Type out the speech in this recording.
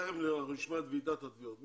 תכף נשמע את ועידת התביעות.